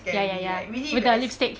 ya ya ya with her lipstick